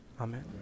Amen